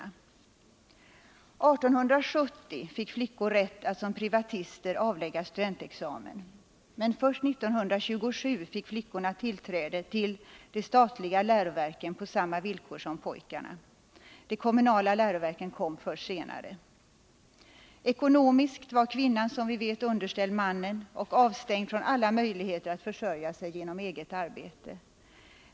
År 1870 fick flickor rätt att som privatister avlägga studentexamen, men först år 1927 fick de tillträde till de statliga läroverken på samma villkor som pojkar — de kommunala läroverken kom först senare. Ekonomiskt var kvinnan som vi vet underställd mannen och avstängd från alla möjligheter att försörja sig genom eget arbete.